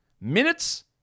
minutes